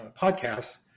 podcasts